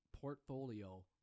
portfolio